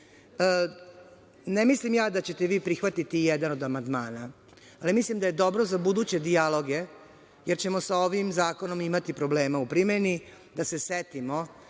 mislim da će te vi prihvatiti jedan od amandmana, ali mislim da je dobro za buduće dijaloge, jer ćemo sa ovim zakonom imati problema u primeni, da se setimo